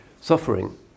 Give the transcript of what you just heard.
suffering